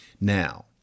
now